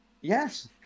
Yes